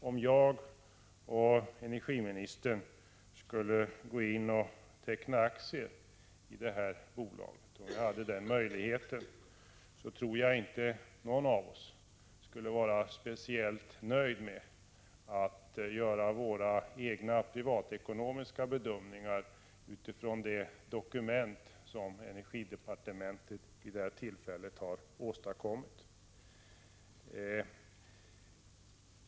Om energiministern och jag skulle teckna aktier i det här bolaget — och hade möjlighet till det — så tror jag inte att någon av oss skulle vara speciellt nöjd med att göra de egna privatekonomiska bedömningarna utifrån det dokument som energidepartementet vid det här tillfället har åstadkommit.